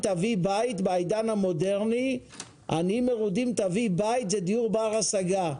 בעידן המודרני "עניים מרודים תביא בית" זה דיור בר השגה.